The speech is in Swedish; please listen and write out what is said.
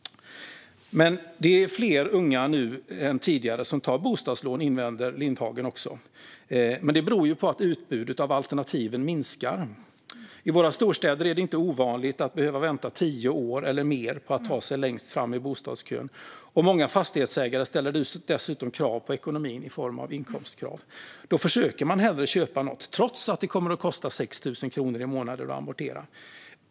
Men det är fler unga nu än tidigare som tar bostadslån, invänder Lindhagen, men detta beror på att utbudet av alternativ minskar. I våra storstäder är det inte ovanligt att behöva vänta tio år eller mer på att ta sig längst fram i bostadskön. Och många fastighetsägare ställer dessutom krav på ekonomin i form av inkomstkrav. Då försöker man hellre köpa något, trots att det kommer att kosta 6 000 kronor i månaden att amortera.